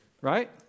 right